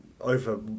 over